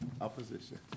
Opposition